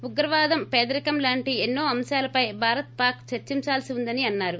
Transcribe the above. ఉగ్రవాదం పేదరికం లాంటి ఎన్నో అంశాలపై భారత్ పాక్ చర్చిందాల్సి ఉందని అన్నారు